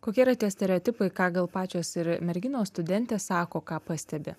kokie yra tie stereotipai ką gal pačios ir merginos studentės sako ką pastebi